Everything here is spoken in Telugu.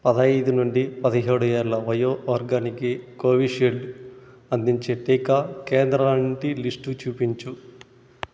పదైదు నుండి పదిహేడు ఏళ్ళ వయో వర్గానికి కోవిషీల్డ్ అందించే టీకా కేంద్రాలన్నిటి లిస్టు చూపించు